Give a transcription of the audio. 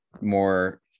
more